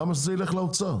למה שזה ילך לאוצר?